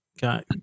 got